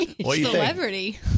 Celebrity